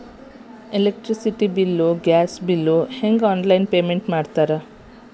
electricity bill gas bill ಹೆಂಗ online payment ಮಾಡ್ತಾರಾ